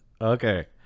Okay